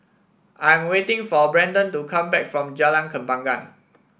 I'm waiting for Brandan to come back from Jalan Kembangan